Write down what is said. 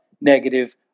negative